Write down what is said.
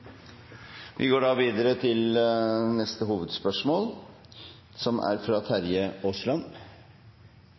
Vi går videre til neste hovedspørsmål. Jeg vil tilbake igjen til det som